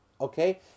Okay